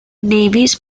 navies